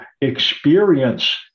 experience